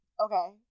Okay